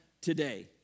today